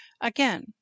Again